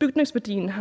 Bygningsværdien